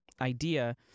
idea